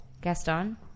Gaston